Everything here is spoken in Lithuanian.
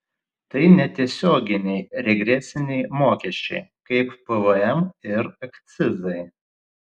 tai netiesioginiai regresiniai mokesčiai kaip pvm ir akcizai